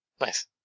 Nice